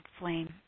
flame